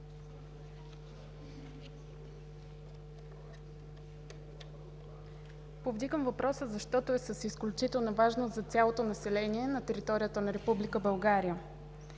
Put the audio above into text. Повдигам въпроса, защото е с изключителна важност за цялото население на територията на Република